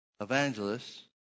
Evangelists